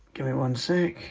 give me one sec.